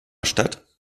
stadt